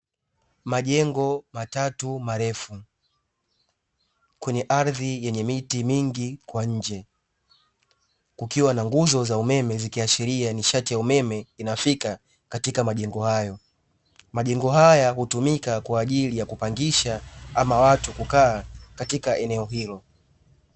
Majengo matatu marefu kwenye ardhi yenye miti mingi kwa nje, kukiwa na nguzo za umeme zikiashiria nishati ya umeme inafika katika majengo hayo. Majengo haya hutumika kwa ajili ya kupangisha ama watu kukaa katika eneo hilo.